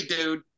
dude